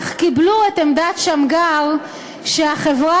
אך קיבלו את עמדת שמגר שהחברה,